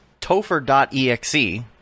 Topher.exe